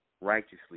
righteously